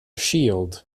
shield